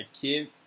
kid